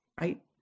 right